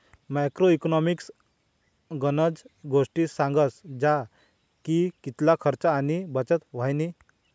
macro economics गनज गोष्टी सांगस जसा की कितला खर्च आणि बचत व्हयनी